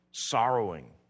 sorrowing